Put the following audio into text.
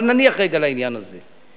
אבל נניח רגע לעניין הזה.